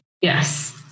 Yes